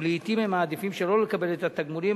ולעתים הם מעדיפים שלא לקבל את התגמולים